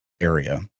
area